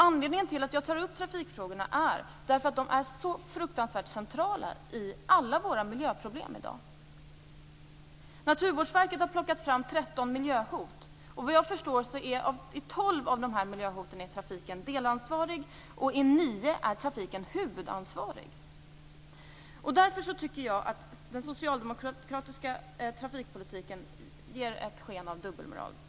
Anledningen till att jag tar upp trafikfrågorna är att de är så fruktansvärt centrala i alla våra miljöproblem i dag. Naturvårdsverket har plockat fram 13 miljöhot. Vad jag förstår är trafiken delansvarig i tolv av de här miljöhoten. I nio är trafiken huvudansvarig. Därför tycker jag att den socialdemokratiska trafikpolitiken ger ett sken av dubbelmoral.